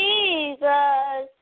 Jesus